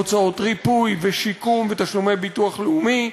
הוצאות ריפוי ושיקום ותשלומי ביטוח לאומי,